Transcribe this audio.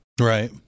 Right